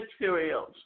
materials